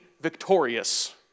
victorious